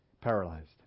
paralyzed